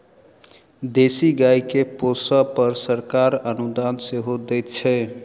देशी गाय के पोसअ पर सरकार अनुदान सेहो दैत छै